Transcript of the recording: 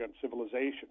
civilization